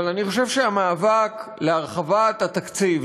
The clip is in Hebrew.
אבל אני חושב שהמאבק להרחבת התקציב,